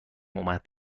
اومد